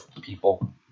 people